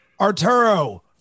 Arturo